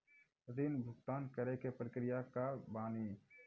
ऋण भुगतान करे के प्रक्रिया का बानी?